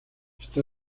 está